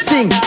Sing